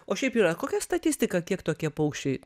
o šiaip yra kokia statistika kiek tokie paukščiai